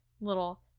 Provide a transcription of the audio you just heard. little